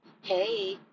Hey